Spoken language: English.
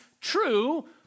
true